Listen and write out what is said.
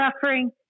suffering